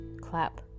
clap